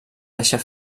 deixar